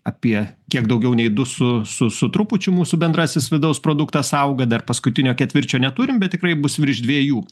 apie kiek daugiau nei du su su su trupučiu mūsų bendrasis vidaus produktas auga dar paskutinio ketvirčio neturim bet tikrai bus virš dviejų